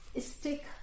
stick